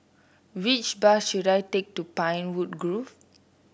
which bus should I take to Pinewood Grove